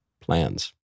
plans